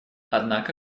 однако